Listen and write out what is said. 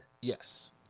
Yes